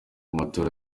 matora